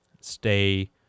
stay